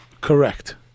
correct